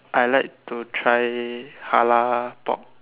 I like to try halal pork